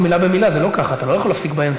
זה מה שהוא צריך לומר?